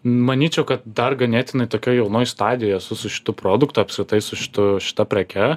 manyčiau kad dar ganėtinai tokioj jaunoj stadijoj esu su šitu produktu apskritai su šitu šita preke